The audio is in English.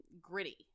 gritty